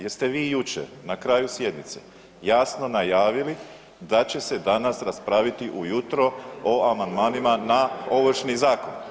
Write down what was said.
Jeste vi jučer na kraju sjednice jasno najavili da će se danas raspraviti ujutro o amandmanima na Ovršni zakon?